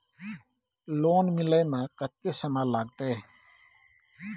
Loan मिले में कत्ते समय लागते?